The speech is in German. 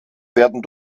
werden